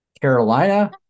Carolina